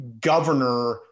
governor